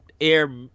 Air